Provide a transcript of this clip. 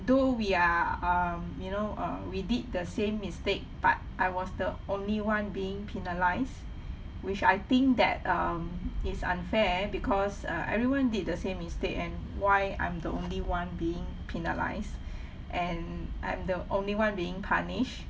though we are um you know uh we did the same mistake but I was the only one being penalised which I think that um is unfair because uh everyone did the same mistake and why I'm the only one being penalised and I'm the only one being punished